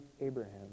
Abraham